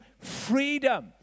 freedom